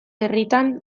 herritan